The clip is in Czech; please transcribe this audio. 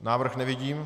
Návrh nevidím.